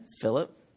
Philip